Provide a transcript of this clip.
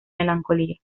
melancolía